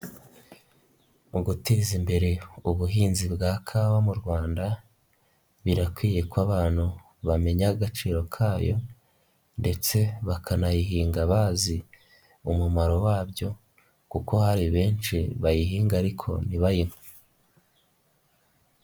Mu guteza imbere ubuhinzi bwa kawa mu Rwanda birakwiye ko abantu bamenya agaciro kayo ndetse bakanayihinga bazi umumaro wabyo kuko hari benshi bayihinga ariko ntibayinywe.